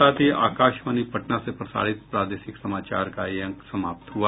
इसके साथ ही आकाशवाणी पटना से प्रसारित प्रादेशिक समाचार का ये अंक समाप्त हुआ